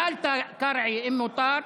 קרעי, שאלת אם מותר.